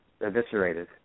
eviscerated